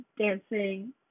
dancing